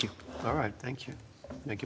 you all right thank you thank you